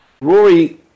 Rory